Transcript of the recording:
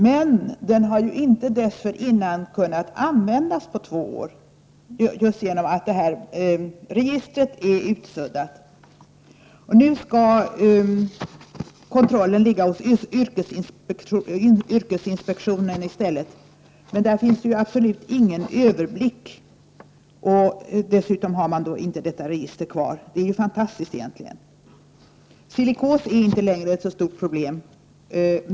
Men den har dessförinnan inte kunnat användas på två år just på grund av att registret är utsuddat. Nu skall kontrollen i stället ligga hos yrkesinspektionen, men där finns det absolut ingen överblick, och dessutom finns alltså inte detta register kvar. Det är egentligen fantastiskt! Silikos är inte längre ett sådant stort problem.